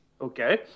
Okay